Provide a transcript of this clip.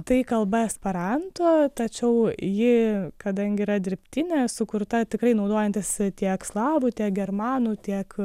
tai kalba esperanto tačiau ji kadangi yra dirbtinė sukurta tikrai naudojantis tiek slavų tiek germanų tiek